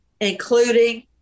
including